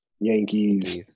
yankees